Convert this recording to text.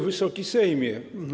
Wysoki Sejmie!